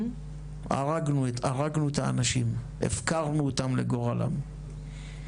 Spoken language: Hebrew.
הרגנו את האנשים, הפקרנו אותם לגורלם.